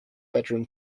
bedroom